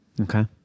Okay